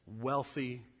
wealthy